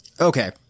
Okay